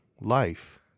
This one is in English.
life